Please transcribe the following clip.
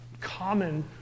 common